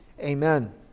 Amen